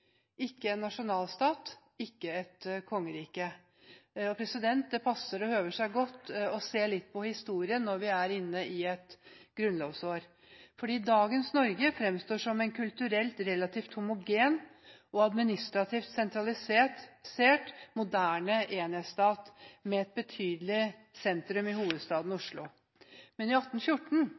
ikke i en nasjonalstat og ikke i et kongerike. Det høver godt å se litt på historien når vi er inne i et grunnlovsår. Dagens Norge fremstår som en kulturelt relativt homogen, administrativt sentralisert og moderne enhetsstat med et betydelig sentrum i hovedstaden Oslo. Men i 1814,